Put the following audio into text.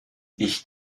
ich